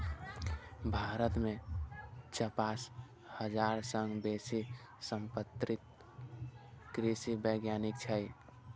भारत मे पचास हजार सं बेसी समर्पित कृषि वैज्ञानिक छै